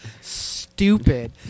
stupid